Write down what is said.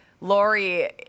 Lori